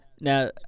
Now